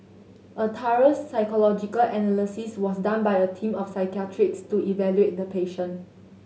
a thorough psychological analysis was done by a team of psychiatrists to evaluate the patient